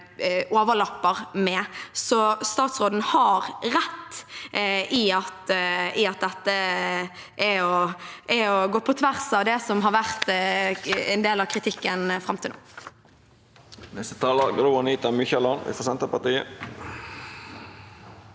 statsråden har rett i at dette er å gå på tvers av det som har vært en del av kritikken fram til nå.